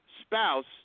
spouse